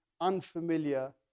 unfamiliar